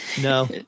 No